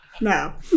No